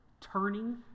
turning